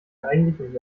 eigentlich